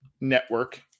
network